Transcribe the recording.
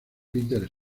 peter